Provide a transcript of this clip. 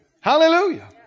Hallelujah